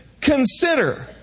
consider